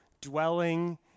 dwelling